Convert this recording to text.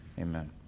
amen